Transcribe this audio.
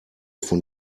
von